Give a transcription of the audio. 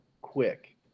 quick